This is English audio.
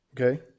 okay